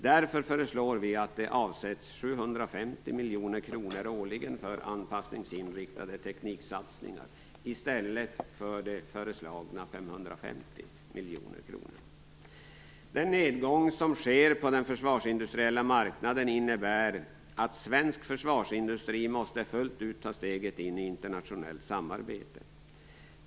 Därför föreslår vi att det avsätts 750 miljoner kronor årligen för anspassningsinriktade tekniksatsningar i stället för de föreslagna 550 miljoner kronorna. Den nedgång som sker på den försvarsindustriella marknaden innebär att svensk försvarsindustri fullt ut måste ta steget in i internationellt samarbete.